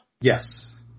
Yes